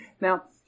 Now